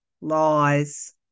lies